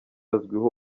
azwiho